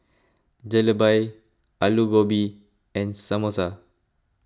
Jalebi Alu Gobi and Samosa